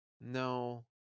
No